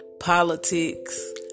politics